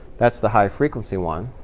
that's the high frequency one.